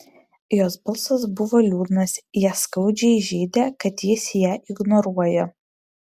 jos balsas buvo liūdnas ją skaudžiai žeidė kad jis ją ignoruoja